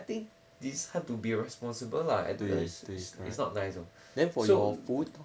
I think these have to be responsible lah it's it's it's not nice know so